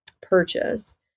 purchase